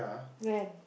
when